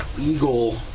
eagle